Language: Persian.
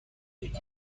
اینه